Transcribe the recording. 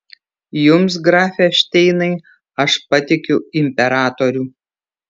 jums grafe šteinai aš patikiu imperatorių